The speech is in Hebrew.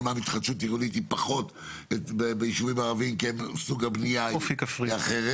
אמנם התחדשות עירונית היא פחות ביישובים הערבים כי סוג הבנייה הוא אחר,